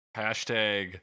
hashtag